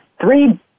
three